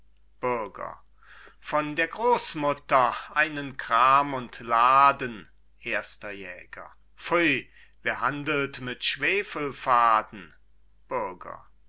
bürger von der großmutter einen kram und laden erster jäger pfui wer handelt mit schwefelfaden bürger